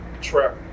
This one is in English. trap